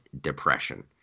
Depression